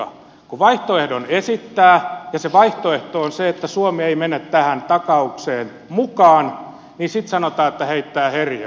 kun vaihtoehdon esittää ja se vaihtoehto on se että suomi ei mene tähän takaukseen mukaan niin sitten sanotaan että heittää herjaa